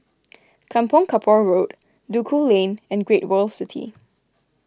Kampong Kapor Road Duku Lane and Great World City